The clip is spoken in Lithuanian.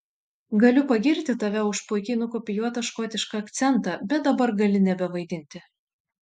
galiu pagirti tave už puikiai nukopijuotą škotišką akcentą bet dabar gali nebevaidinti